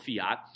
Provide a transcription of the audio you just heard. fiat